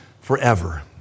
forever